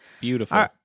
Beautiful